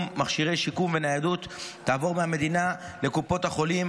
מכשירי שיקום וניידות תעבור מהמדינה לקופות החולים,